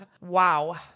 Wow